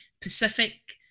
Pacific